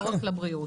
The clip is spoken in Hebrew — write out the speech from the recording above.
לא רק לבריאות.